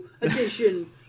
Edition